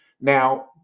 Now